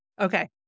Okay